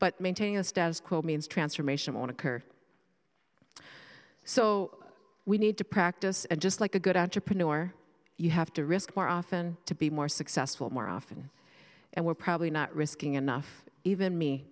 but maintaining a status quo means transformation on a kurd so we need to practice and just like a good entrepreneur you have to risk more often to be more successful more often and we're probably not risking enough even me